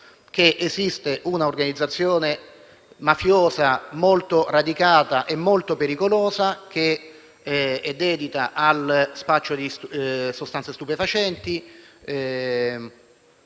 esiste una organizzazione mafiosa molto radicata e pericolosa, dedita allo spaccio di sostanze stupefacenti,